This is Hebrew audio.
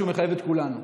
שמחייב את כולנו.